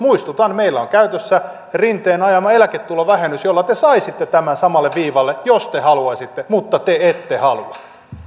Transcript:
niin muistutan että meillä on käytössä rinteen ajama eläketulovähennys jolla te saisitte tämän samalle viivalle jos te haluaisitte mutta te ette halua